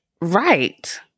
right